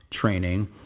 training